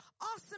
awesome